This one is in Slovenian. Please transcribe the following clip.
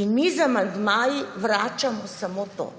in mi z amandmaji vračamo samo to.